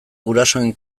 gurasoren